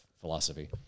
philosophy